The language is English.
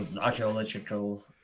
archaeological